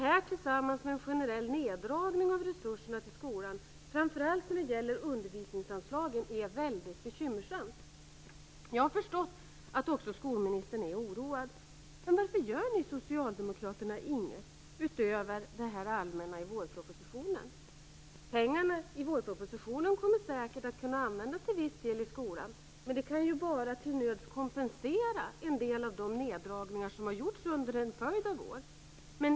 Detta, tillsammans med en generell neddragning av resurserna till skolan framför allt när det gäller undervisningsanslagen, är väldigt bekymmersamt. Jag har förstått att också skolministern är oroad. Varför gör ni socialdemokrater ingenting utöver det allmänna i vårpropositionen? Pengarna i vårpropositionen kommer säkert att kunna användas till viss del i skolan, men det kan bara till nöds kompensera en del av de neddragningar som har gjorts under en följd av år.